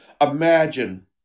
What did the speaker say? imagine